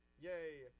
yay